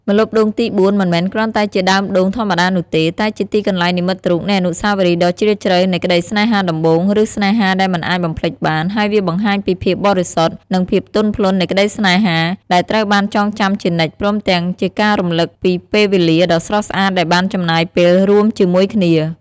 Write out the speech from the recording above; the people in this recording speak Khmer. ម្លប់ដូងទីបួ មិនមែនគ្រាន់តែជាដើមដូងធម្មតានោះទេ តែជាទីកន្លែងនិមិត្តរូបនៃអនុស្សាវរីយ៍ដ៏ជ្រាលជ្រៅនៃក្តីស្នេហាដំបូង ឬស្នេហាដែលមិនអាចបំភ្លេចបាន ហើយវាបង្ហាញពីភាពបរិសុទ្ធ និងភាពទន់ភ្លន់នៃក្តីស្នេហា ដែលត្រូវបានចងចាំជានិច្ច ព្រមទាំងជាការរំលឹកពីពេលវេលាដ៏ស្រស់ស្អាតដែលបានចំណាយពេលរួមជាមួយគ្នា។